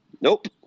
nope